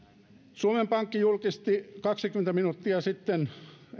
suomen pankki julkisti kaksikymmentä minuuttia sitten